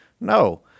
no